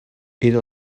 era